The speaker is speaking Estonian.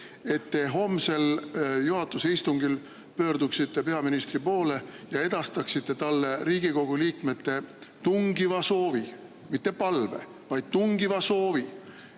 et te homsel juhatuse istungil pöörduksite peaministri poole ja edastaksite talle Riigikogu liikmete tungiva soovi – mitte palve, vaid tungiva soovi